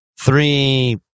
Three